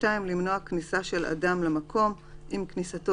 (2)למנוע כניסה של אדם למקום אם כניסתו